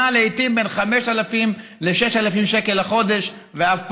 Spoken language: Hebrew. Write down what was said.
שנע לעיתים בין 5,000 ל-6,000 שקל לחודש ואף פחות.